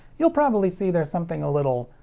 you'll probably see there's something a little,